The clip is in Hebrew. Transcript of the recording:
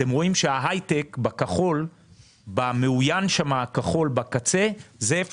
אתם רואים שההייטק במעוין הכחול בקצה זה איפה